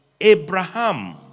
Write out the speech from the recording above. Abraham